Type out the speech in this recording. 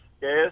yes